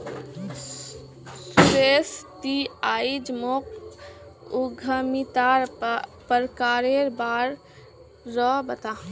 सुरेश ती आइज मोक उद्यमितार प्रकारेर बा र बता